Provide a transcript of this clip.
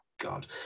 God